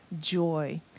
joy